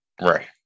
right